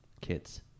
kids